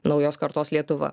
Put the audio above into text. naujos kartos lietuva